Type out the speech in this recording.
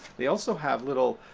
they also have little